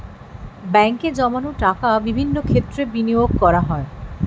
ব্যাঙ্কে জমানো টাকা বিভিন্ন ক্ষেত্রে বিনিয়োগ করা যায়